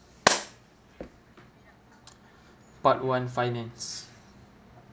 part one finance